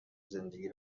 زندگی